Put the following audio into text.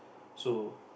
so